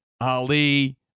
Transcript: Ali